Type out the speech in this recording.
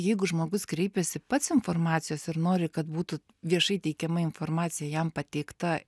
jeigu žmogus kreipiasi pats informacijos ir nori kad būtų viešai teikiama informacija jam pateikta